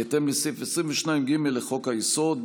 בהתאם לסעיף 22(ג) לחוק-היסוד,